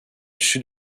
sud